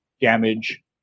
damage